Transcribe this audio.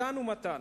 מתן ומתן.